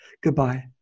Goodbye